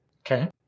Okay